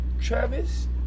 Travis